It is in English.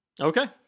Okay